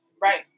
Right